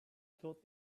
thought